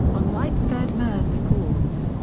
on white's third man records.